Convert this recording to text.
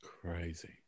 Crazy